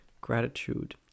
Gratitude